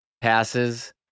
passes